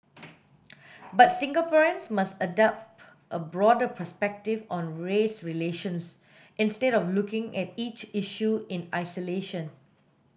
but Singaporeans must adopt a broader perspective on race relations instead of looking at each issue in isolation